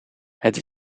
het